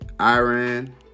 Iran